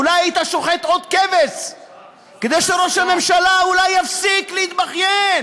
אולי היית שוחט עוד כבש כדי שראש הממשלה אולי יפסיק להתבכיין?